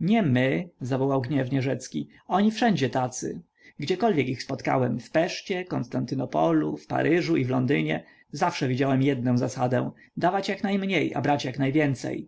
nie my zawołał gniewnie rzecki oni wszędzie tacy gdziekolwiek ich spotkałem w peszcie konstantynopolu w paryżu i w londynie zawsze widziałem jednę zasadę dawać jak najmniej a brać jak najwięcej